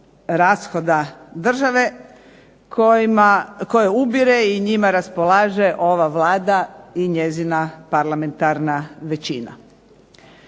rashoda države, koje ubire i njima raspolaže ova Vlada i njezina parlamentarna većina.